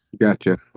Gotcha